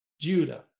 Judah